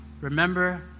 remember